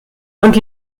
und